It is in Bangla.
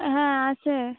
হ্যাঁ আছে